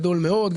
גדול מאוד,